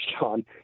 John